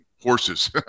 horses